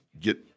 get